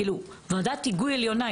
כאילו, ועדת היגוי עליונה.